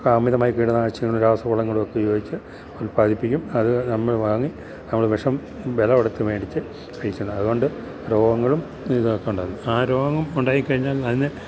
അമിതമായി കീടനാശിനികള് രാസവളങ്ങളൊക്കെ ഉപയോഗിച്ച് ഉൽപാദിപ്പിക്കും അത് നമ്മള് വാങ്ങി നമ്മള് വിഷം വില കൊടുത്തു മേടിച്ചുകഴിക്കുന്നു അതുകൊണ്ട് രോഗങ്ങളും ഇതൊക്കെ ഉണ്ടാകുന്നു ആ രോഗം ഉണ്ടായിക്കഴിഞ്ഞാൽ അതിൻ്റെ